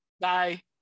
Bye